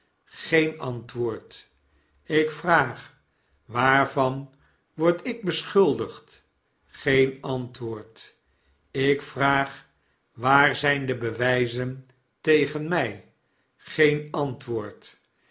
geen antwoord ik vraag waarvan word ik beschuldigd geen antwoord ik vraag waar zyn de bewyzen tegen my geen antwoord